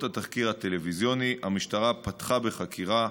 התחקיר הטלוויזיוני המשטרה פתחה בחקירה,